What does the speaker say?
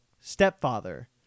stepfather